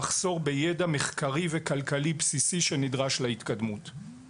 אנחנו נרצה לשמוע דוח מנהלים קצר וממצה בדבריכם.